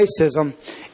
racism